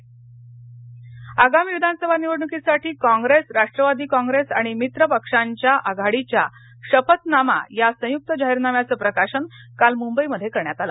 जाहीरनामा आगामी विधानसभा निवडणुकीसाठी कॉप्रेस राष्ट्रवादी कॉप्रेस आणि मित्रपक्षांच्या आघाडीच्या शपथनामा या संयुक जाहीरनाम्याचं प्रकाशन काल मुंबईमध्ये करण्यात आलं